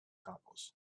googles